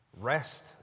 rest